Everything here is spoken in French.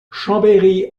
chambéry